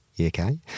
okay